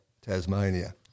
Tasmania